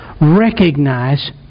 recognize